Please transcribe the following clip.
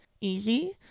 easy